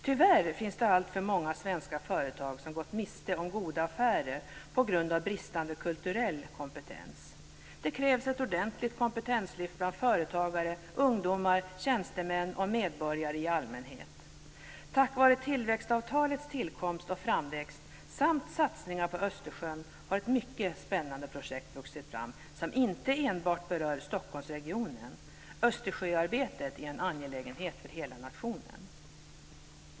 Tyvärr finns det allför många svenska företag som gått miste om goda affärer på grund av bristande kulturell kompetens. Det krävs ett ordentligt kompetenslyft bland företagare, ungdomar, tjänstemän och medborgare i allmänhet. Tack vare tillväxtavtalets tillkomst och framväxt samt satsningar på Östersjön har ett mycket spännande projekt vuxit fram som inte enbart berör Stockholmsregionen. Östersjöarbetet är en angelägenhet för hela nationen.